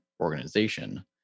organization